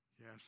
Yes